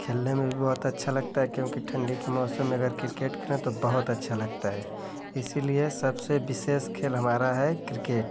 खेलने में भी बहुत अच्छा लगता है क्योंकि ठंडी के मौसम में अगर किरकेट खेलें तो बहुत अच्छा लगता है इसलिए सबसे विशेष खेल हमारा है क्रिकेट